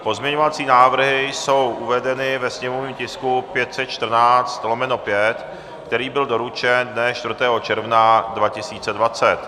Pozměňovací návrhy jsou uvedeny ve sněmovním tisku 514/5, který byl doručen dne 4. června 2020.